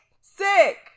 Sick